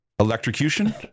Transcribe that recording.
Electrocution